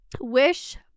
wish